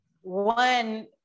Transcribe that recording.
one